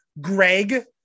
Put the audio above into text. Greg